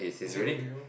he say okay lor